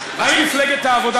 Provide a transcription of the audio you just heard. האם יושב-ראש מפלגת העבודה